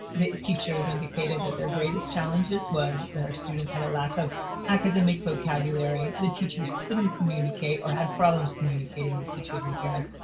teachers indicated that their greatest challenges was their students had a lack of academic vocabulary. the teachers couldn't communicate or had problems communicating with teachers and parents,